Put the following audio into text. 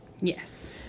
Yes